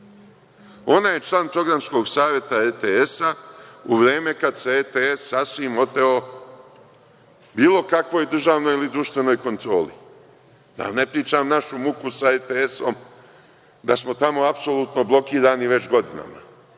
Ona je član programskog saveta RTS-a u vreme kada se RTS sasvim oteo, bilo kakvoj državnoj ili društvenoj kontroli, da ne pričam našu muku sa RTS-om, da smo tamo apsolutno blokirani već godinama,